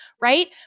Right